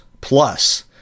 plus